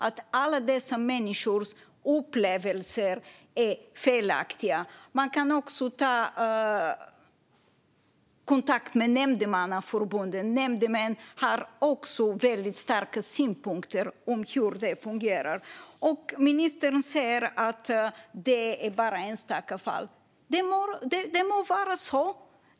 Alla dessa människors upplevelser kan inte vara felaktiga. Man kan också ta kontakt med nämndemannaföreningarna. Nämndemän har också väldigt starka synpunkter på hur det fungerar. Ministern säger att det bara handlar om enstaka fall. Det må vara så.